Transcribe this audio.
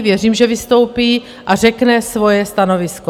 Věřím, že vystoupí a řekne svoje stanovisko.